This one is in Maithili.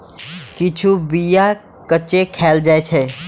किछु बीया कांचे खाएल जाइ छै